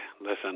Listen